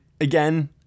again